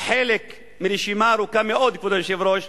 חלק מרשימה ארוכה מאוד, כבוד היושב-ראש,